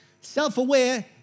Self-aware